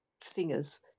singers